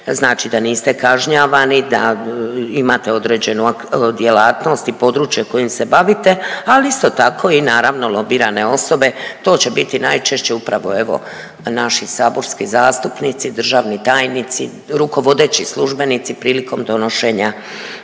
znači da niste kažnjavani, da imate određenu djelatnost i područje kojim se bavite, ali isto tako i naravno lobirane osobe to će biti najčešće upravo evo naši saborski zastupnici, državni tajnici, rukovodeći službenici prilikom donošenja